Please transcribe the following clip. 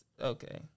Okay